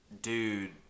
dude